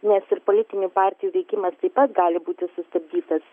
nes ir politinių partijų veikimas taip pat gali būti sustabdytas